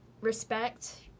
respect